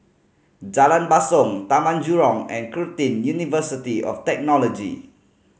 Jalan Basong Taman Jurong and Curtin University of Technology